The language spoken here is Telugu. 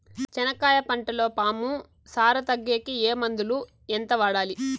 చెనక్కాయ పంటలో పాము సార తగ్గేకి ఏ మందులు? ఎంత వాడాలి?